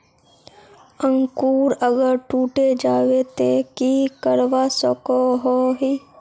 अंकूर अगर टूटे जाबे ते की करवा सकोहो ही?